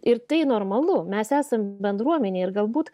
ir tai normalu mes esam bendruomenė ir galbūt